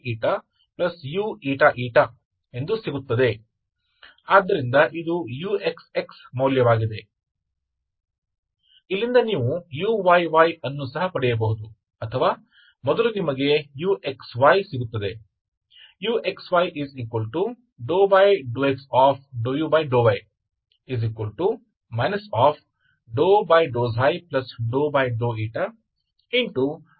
इसलिए यदि आप इसे लागू करते हैं तो आप ऐसा करते हैं ताकि आपके पास uxx uξξ2uξηuηηहो तो बस इतना ही